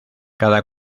cada